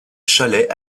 chalais